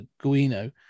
guino